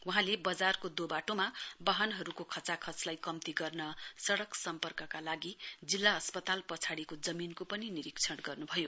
वहाँले बजारको दोबाटोमा वाहनहरूको खचाखचलाई कम्ती गर्न सडक सम्पर्कका लागि जिल्ला अस्पताल पछाडिको जमीनको पनि निरीक्षण गर्न्भयो